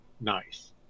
nice